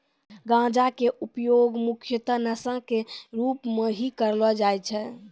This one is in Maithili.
गांजा के उपयोग मुख्यतः नशा के रूप में हीं करलो जाय छै